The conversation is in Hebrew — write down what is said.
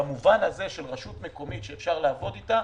במובן הזה של רשות מקומית שאפשר לעבוד אתה,